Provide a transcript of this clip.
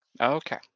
Okay